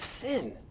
sin